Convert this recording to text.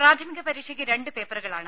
പ്രാഥമിക പരീക്ഷയ്ക്ക് രണ്ട് പേപ്പറുകളാണ്